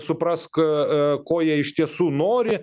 suprask a a ko jie iš tiesų nori